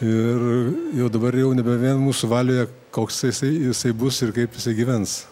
ir jau dabar jau nebe vien mūsų valioje koks jisai jisai bus ir kaip jisai gyvens